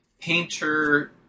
painter